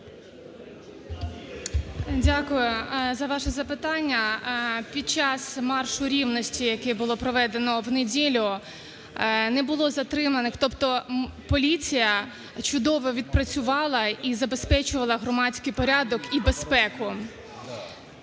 Дякую за ваше запитання. Під час "Маршу рівності", який було проведено в неділю не було затриманих, тобто поліція чудово відпрацювала і забезпечувала громадський порядок і безпеку.